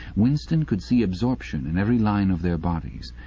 winston could see absorption in every line of their bodies.